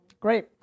Great